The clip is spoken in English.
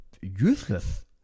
useless